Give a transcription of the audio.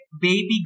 baby